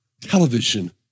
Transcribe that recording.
television